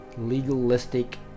legalistic